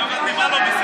איזה עריצות.